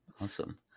awesome